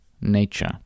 nature